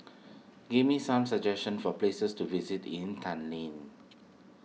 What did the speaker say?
give me some suggestions for places to visit in Tallinn